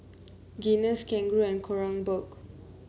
Guinness Kangaroo Kronenbourg